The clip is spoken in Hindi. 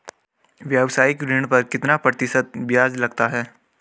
व्यावसायिक ऋण पर कितना प्रतिशत ब्याज लगता है?